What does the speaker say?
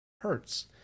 hurts